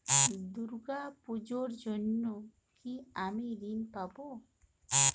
দুর্গা পুজোর জন্য কি আমি ঋণ পাবো?